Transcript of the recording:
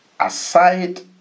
aside